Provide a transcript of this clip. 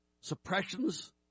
suppressions